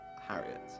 Harriet